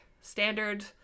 standard